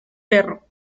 perro